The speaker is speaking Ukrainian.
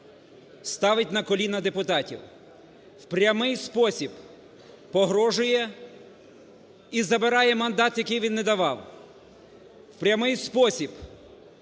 ставить на коліна депутатів, в прямий спосіб погрожує і забирає мандат, який він не давав, в прямий спосіб